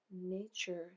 nature